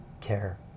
care